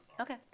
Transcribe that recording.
Okay